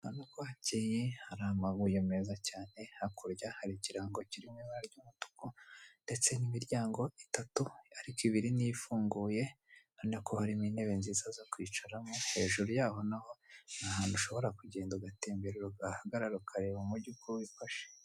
Urabona ko hakeye, hari amabuye meza cyane, hakurya hari ikirango kiri mu ibara ry'umutuku ndetse n'imiryango itatu, ariko ibiri niyo ifunguye. Urabona ko harimo intebe nziza zo kwicaramo, hejuru yaho naho ni ahantu ushobora kugenda ugatemberera ugahagarara ukareba umujyi uko wifashe.